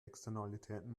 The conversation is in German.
externalitäten